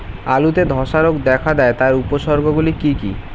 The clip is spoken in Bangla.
আলুতে ধ্বসা রোগ দেখা দেয় তার উপসর্গগুলি কি কি?